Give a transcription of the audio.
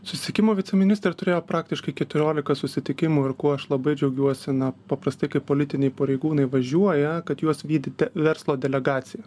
susisiekimo viceministras turėjo praktiškai keturiolika susitikimų ir kuo aš labai džiaugiuosi na paprastai kaip politiniai pareigūnai važiuoja kad juos vykdyti verslo delegacija